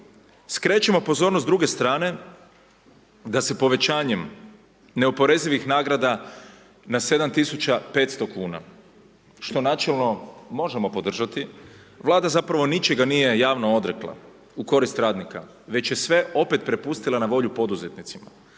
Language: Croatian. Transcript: Skrećemo pozornost s druge strane da se povećanjem neoporezivih nagrada na 7.500 kuna, što načelno možemo podržati Vlada zapravo ničega nije javno odrekla u korist radnika već je sve opet prepustila na volju poduzetnicima